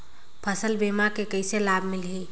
फसल बीमा के कइसे लाभ मिलही?